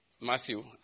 Matthew